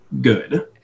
good